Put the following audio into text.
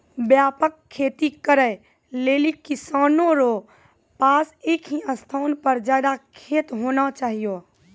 व्यापक खेती करै लेली किसानो रो पास एक ही स्थान पर ज्यादा खेत होना चाहियो